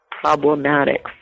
problematic